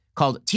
called